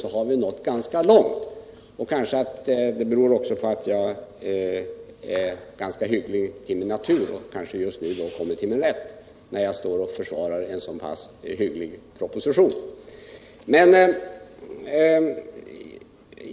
Och det beror kanske också på att jag är ganska hygglig till min natur — och möjligen t.o.m. just nu har kommit till min rätt, när jag står och försvarar en så pass hygglig proposition.